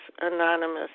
Anonymous